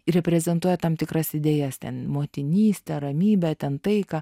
reprezentuoja tam tikras idėjas ten motinystę ramybę ten taiką